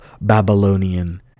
Babylonian